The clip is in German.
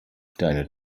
deine